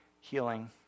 healing